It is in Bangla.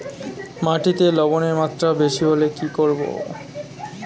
মাটিতে লবণের মাত্রা বেশি হলে কি করব?